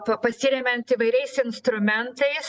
pa pasiremiant įvairiais instrumentais